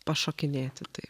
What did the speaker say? pašokinėti tai